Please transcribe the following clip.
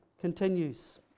continues